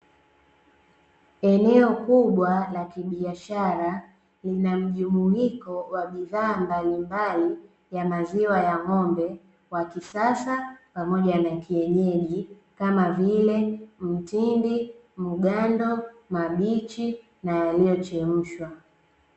Eneo kubwa la kibiashara lina mjumuiko wa bidhaa mbalimbali ya maziwa ya ng'ombe wa kisasa pamoja na kienyeji kama vile mtindi, mgando, mabichi na yaliyochemshwa.